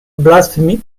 blasphemy